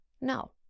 No